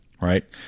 right